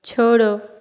छोड़ो